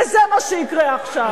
וזה מה שיקרה עכשיו.